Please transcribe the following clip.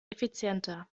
effizienter